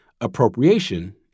appropriation